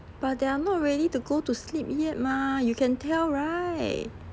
but they are not ready to go to sleep yet mah you can tell right